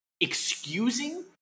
excusing